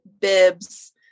bibs